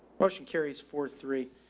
well, she carries forth three.